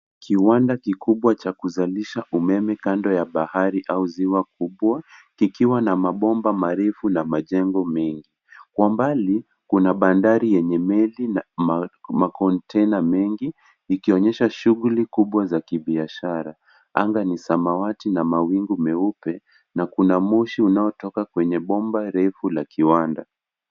Kiwanda kikubwa cha kuzalisha umeme kando ya bahari au ziwa kubwa kikiwa na mabomba marefu na majengo mengi. Kwa mbali kuna bandari yenye meli na makontena mengi ikionyesha shughuli kubwa za kibiashara. Anga ni samawati na mawingu meupe na kuna moshi unaotoka kwenye bomba refu la kiwanda.